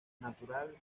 natural